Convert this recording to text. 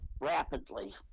rapidly